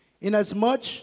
inasmuch